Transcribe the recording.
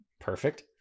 Perfect